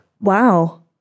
wow